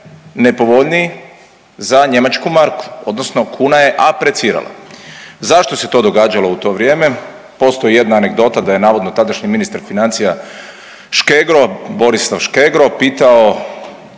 nepovoljniji za njemačku marku odnosno kuna je aprecirala. Zašto se to događalo u to vrijeme? Postoji jedna anegdota da je navodno tadašnji ministar financija Škegro, Borislav Škegro pitao